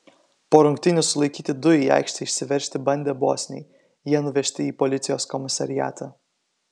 po rungtynių sulaikyti du į aikštę išsiveržti bandę bosniai jie nuvežti į policijos komisariatą